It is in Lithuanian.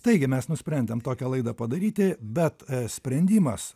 taigi mes nusprendėm tokią laidą padaryti bet sprendimas